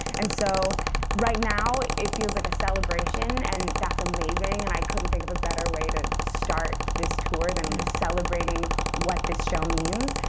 and so right now, it feels like a celebration, and that's amazing. and i couldn't think of a better way to start this tour than and celebrating what this show means.